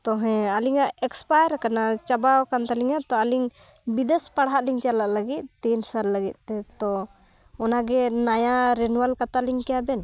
ᱛᱚ ᱦᱮᱸ ᱟᱞᱤᱧᱟᱜ ᱮᱠᱥᱯᱟᱭᱟᱨ ᱠᱟᱱᱟ ᱪᱟᱵᱟᱣ ᱟᱠᱟᱱ ᱛᱟᱞᱤᱧᱟ ᱛᱚ ᱟᱹᱞᱤᱧ ᱵᱤᱫᱮᱥ ᱯᱟᱲᱦᱟᱜ ᱞᱤᱧ ᱪᱟᱞᱟᱜ ᱞᱟᱹᱜᱤᱫ ᱛᱤᱱ ᱥᱟᱞ ᱞᱟᱹᱜᱤᱫ ᱛᱮ ᱛᱚ ᱚᱱᱟ ᱜᱮ ᱱᱟᱭᱟ ᱨᱤᱱᱤᱭᱩᱣᱟᱞ ᱠᱟᱛᱟᱞᱤᱧ ᱠᱮᱭᱟ ᱵᱮᱱ